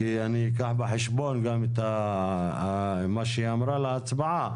כי אני אקח בחשבון את מה שהיא אמרה להצבעה.